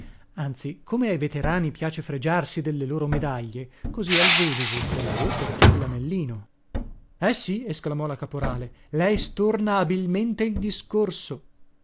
anzi come ai veterani piace fregiarsi delle loro medaglie così al vedovo credo portar lanellino eh sì esclamò la caporale lei storna abilmente il discorso